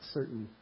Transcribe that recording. certain